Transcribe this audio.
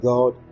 God